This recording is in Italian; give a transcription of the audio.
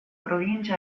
provincia